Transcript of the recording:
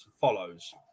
follows